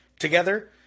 Together